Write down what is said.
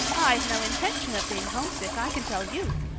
i've no intention of being homesick, i can tell you.